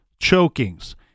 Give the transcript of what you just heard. chokings